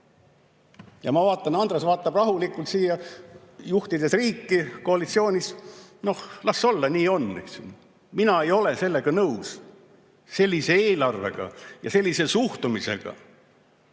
Ja ma vaatan, Andres vaatab rahulikult siia, juhtides riiki koalitsioonis: noh, las olla, nii on. Mina ei ole sellega nõus! Sellise eelarvega ja sellise suhtumisega